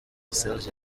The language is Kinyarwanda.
serge